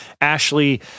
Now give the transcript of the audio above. Ashley